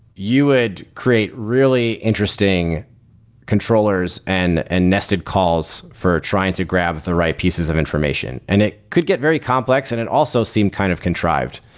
you would create really interesting controllers and and nested calls for trying to grab the right pieces of information and it could get very complex and it also seemed kind of contrived.